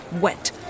wet